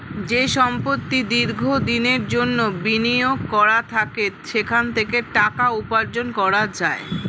যে সম্পত্তি দীর্ঘ দিনের জন্যে বিনিয়োগ করা থাকে সেখান থেকে টাকা উপার্জন করা যায়